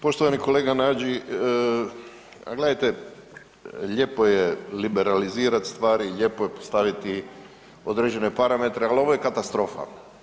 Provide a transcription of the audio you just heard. Poštovani kolega Nađi, a gledajte lijepo je liberalizirat stvari, lijepo je postaviti određene parametre, ali ovo je katastrofa.